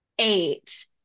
Eight